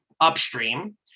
upstream